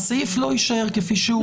הסעיף לא יישאר כפי שהוא.